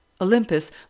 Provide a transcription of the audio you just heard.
olympus